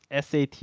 SAT